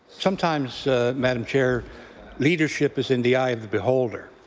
sometimes madam chair leadership is in the eye of the beholder,